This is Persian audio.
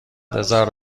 بزار